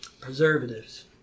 preservatives